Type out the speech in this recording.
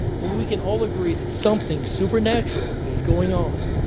but we we can all agree that something supernatural is going on,